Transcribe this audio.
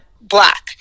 black